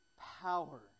power